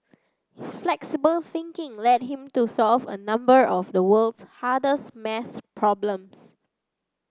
his flexible thinking led him to solve a number of the world's hardest math problems